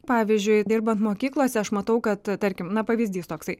pavyzdžiui dirbant mokyklose aš matau kad tarkim na pavyzdys toksai